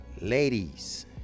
Ladies